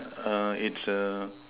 err it's err